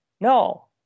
no